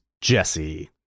jesse